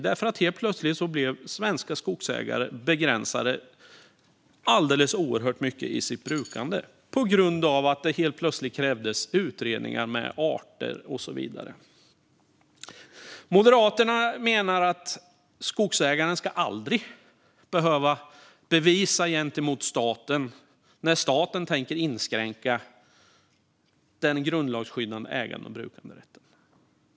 På grund av att det helt plötsligt krävdes utredningar med arter och så vidare blev nämligen svenska skogsägare helt plötsligt alldeles oerhört begränsade i sitt brukande. Moderaterna menar att skogsägaren aldrig ska behöva bevisa något gentemot staten när staten tänker inskränka det grundlagsskyddade ägandet och brukandet.